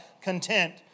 content